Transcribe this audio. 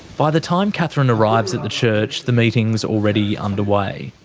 by the time catherine arrives at the church, the meeting is already underway.